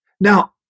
Now